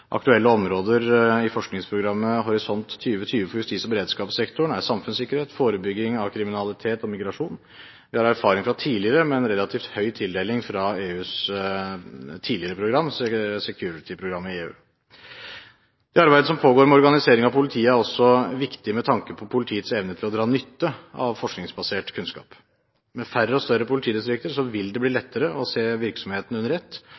Aktuelle områder i forskningsprogrammet Horisont 2020 for justis- og beredskapssektoren er samfunnssikkerhet, forebygging av kriminalitet og migrasjon. Vi har erfaringer fra tidligere med en relativt høy tildeling fra EUs tidligere program, Security-programmet. Arbeidet som pågår med organisering av politiet, er også viktig med tanke på politiets evne til å dra nytte av forskningsbasert kunnskap. Med færre og større politidistrikter vil det bli lettere å se virksomheten under ett